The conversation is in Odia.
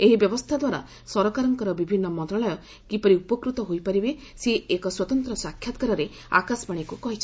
ଏହି ବ୍ୟବସ୍ଥା ଦ୍ୱାରା ସରକାରଙ୍କର ବିଭିନ୍ନ ମନ୍ତ୍ରଣାଳୟ କିପରି ଉପକୃତ ହୋଇପାରିବେ ସେ ଏକ ସ୍ୱତନ୍ତ୍ର ସାକ୍ଷାତକାରରେ ଆକାଶବାଣୀକୃ କହିଛନ୍ତି